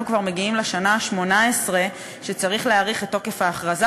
אנחנו כבר מגיעים לשנה ה-18 שצריך להאריך את תוקף ההכרזה